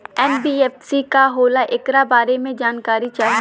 NBFC का होला ऐकरा बारे मे जानकारी चाही?